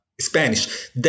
Spanish